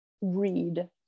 read